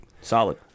Solid